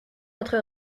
notre